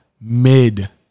mid